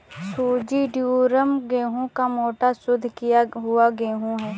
सूजी ड्यूरम गेहूं का मोटा, शुद्ध किया हुआ गेहूं है